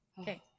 Okay